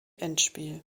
endspiel